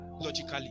logically